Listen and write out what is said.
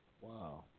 Wow